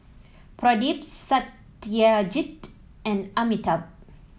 Pradip Satyajit and Amitabh